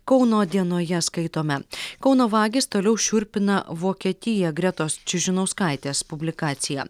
kauno dienoje skaitome kauno vagys toliau šiurpina vokietiją gretos čižinauskaitės publikacija